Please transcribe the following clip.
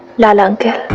lala. on